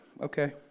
okay